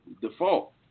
default